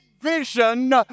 vision